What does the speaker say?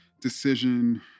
decision